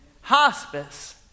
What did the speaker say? hospice